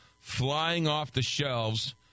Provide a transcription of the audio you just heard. flying-off-the-shelves